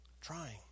trying